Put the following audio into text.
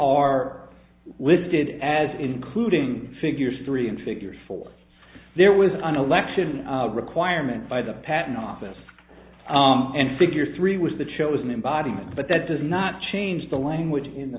are listed as including figures three and figure four there was an election requirement by the patent office and figure three was the chosen embodiment but that does not change the language in the